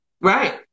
Right